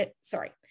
Sorry